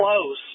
close